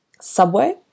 Subway